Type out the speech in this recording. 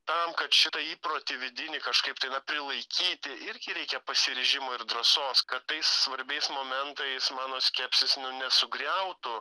tam kad šitą įprotį vidinį kažkaip tai na prilaikyti irgi reikia pasiryžimo ir drąsos kad tais svarbiais momentais mano skepsis nesugriautų